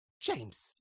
James